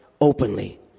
openly